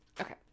Okay